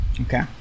Okay